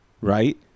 Right